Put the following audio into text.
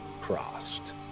crossed